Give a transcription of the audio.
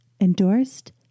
endorsed